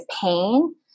pain